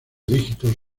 dígitos